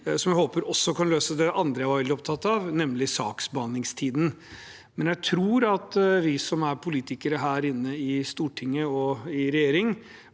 som jeg håper kan løse det andre jeg var veldig opptatt av, nemlig saksbehandlingstiden. Jeg tror vi som er politikere her i Stortinget og i regjeringen,